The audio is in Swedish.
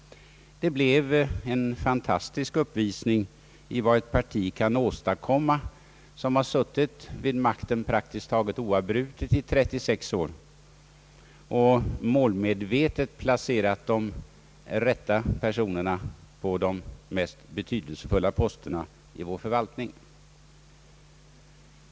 Det blev en fantastisk uppvisning av vad ett politiskt parti kan åstadkomma, som har suttit vid makten praktiskt taget oavbrutet i 36 år och målmedvetet placerat de rätta personerna på de mest betydelsefulla posterna i vår förvaltning.